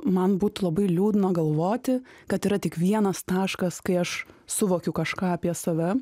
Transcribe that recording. man būtų labai liūdna galvoti kad yra tik vienas taškas kai aš suvokiu kažką apie save